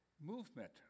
movement